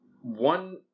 one